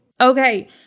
Okay